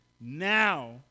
Now